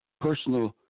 personal